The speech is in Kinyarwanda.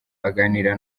aganira